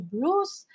Bruce